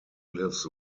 lives